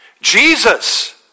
Jesus